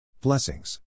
Blessings